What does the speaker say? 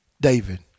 David